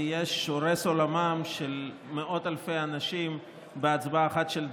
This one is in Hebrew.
ויש הורס עולמם של מאות אלפי אנשים בהצבעה אחת של דקה.